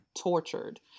tortured